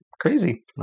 crazy